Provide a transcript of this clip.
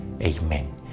Amen